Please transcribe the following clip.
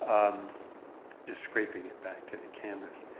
um just scraping it back to the canvas